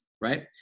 Right